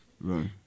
right